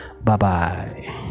bye-bye